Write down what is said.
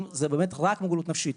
אם זאת רק מוגבלות נפשית.